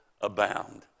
abound